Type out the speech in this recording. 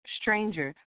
stranger